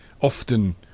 often